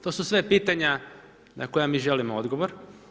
To su sve pitanja na koja mi želimo odgovor.